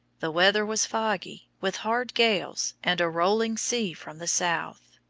the weather was foggy, with hard gales and a rolling sea from the south.